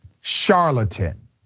charlatan